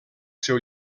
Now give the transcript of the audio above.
seu